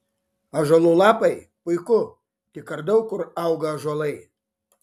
ąžuolų lapai puiku tik ar daug kur auga ąžuolai